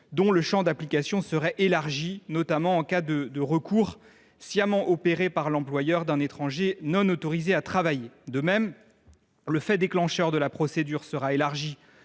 dont le champ d’application serait élargi, notamment en cas de recours délibéré par l’employeur à un étranger non autorisé à travailler. De même, le fait déclencheur de la procédure serait élargi,